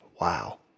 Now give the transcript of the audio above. Wow